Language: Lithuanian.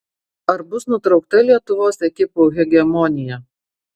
ar bus nutraukta lietuvos ekipų hegemonija